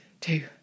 two